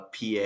PA